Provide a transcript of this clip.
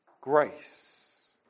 grace